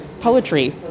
poetry